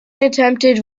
attempted